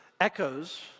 echoes